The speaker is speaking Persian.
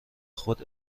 خود